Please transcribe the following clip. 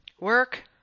work